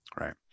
right